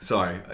Sorry